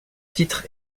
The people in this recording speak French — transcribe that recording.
titre